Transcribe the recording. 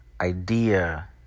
idea